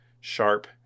sharp